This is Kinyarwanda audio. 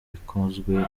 ikozwe